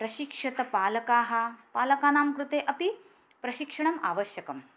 प्रशिक्षितपालकाः पालकानां कृते अपि प्रशिक्षणम् आवश्यकम्